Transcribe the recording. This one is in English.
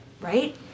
right